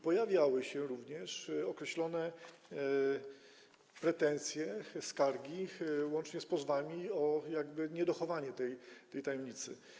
Pojawiały się również określone pretensje, skargi, łącznie z pozwami o niedochowanie tej tajemnicy.